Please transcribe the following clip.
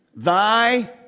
Thy